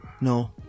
No